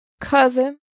Cousin